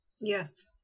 yes